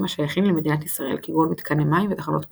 השייכים למדינת ישראל כגון מתקני מים ותחנות כוח.